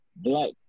Black